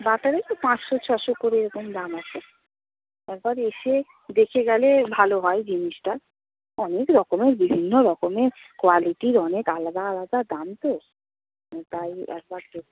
butter ওই তো পাঁচশো ছশো করে এরকম দাম আছে একবার এসে দেখে গেলে ভালো হয় জিনিসটা অনেক রকমের বিভিন্ন রকমের কোয়ালিটির অনেক আলাদা আলাদা দাম তো তাই একবার